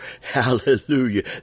Hallelujah